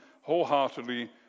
wholeheartedly